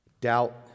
doubt